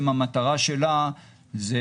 המטרה שלה זה